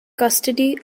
custody